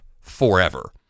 forever